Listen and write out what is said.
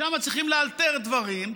שם צריך לאלתר דברים.